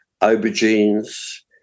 aubergines